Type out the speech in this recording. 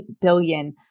billion